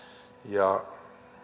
ja